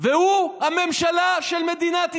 והוא הממשלה של מדינת ישראל,